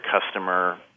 customer